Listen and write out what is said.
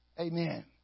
Amen